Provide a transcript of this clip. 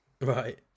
right